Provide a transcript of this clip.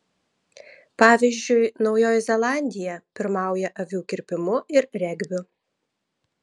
pavyzdžiui naujoji zelandija pirmauja avių kirpimu ir regbiu